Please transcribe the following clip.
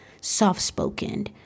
soft-spoken